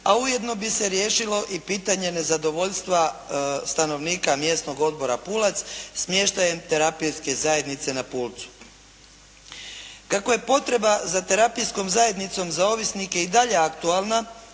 a ujedno bi se riješilo i pitanje nezadovoljstva stanovnika mjesnog odbora Pulac smještajem terapijske zajednice na Pulcu. Kako je potreba za terapijskom zajednicom za ovisnike i dalje aktualna,